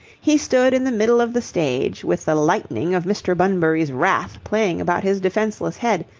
he stood in the middle of the stage with the lightning of mr. bunbury's wrath playing about his defenceless head,